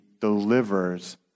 delivers